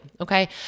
okay